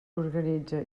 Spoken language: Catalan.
organitza